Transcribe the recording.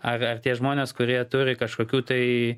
ar tie žmonės kurie turi kažkokių tai